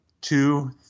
two